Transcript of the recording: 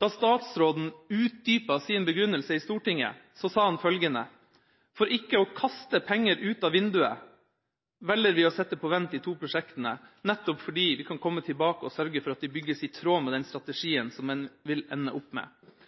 Da statsråden utdypet sin begrunnelse i Stortinget, sa han følgende: «For ikke å kaste penger ut av vinduet, velger vi å sette på vent de to prosjektene som en la opp til, nettopp fordi vi kan komme tilbake og sørge for at de bygges i tråd med den strategien som en vil ende opp med.»